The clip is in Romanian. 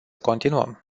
continuăm